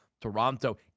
Toronto